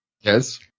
Yes